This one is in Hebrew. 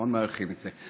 מאוד מעריכים את זה.